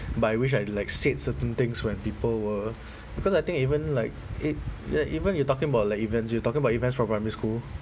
but I wish I like said certain things when people were because I think even like it ya even you're talking about like events you talking about events from primary school